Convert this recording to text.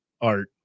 art